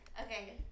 Okay